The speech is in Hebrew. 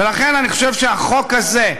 לכן אני חושב שהחוק הזה,